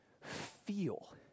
feel